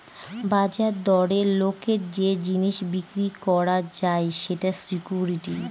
বাজার দরে লোকের যে জিনিস বিক্রি করা যায় সেটা সিকুইরিটি